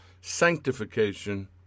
sanctification